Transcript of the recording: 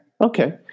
Okay